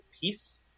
peace